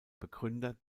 begründer